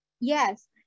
Yes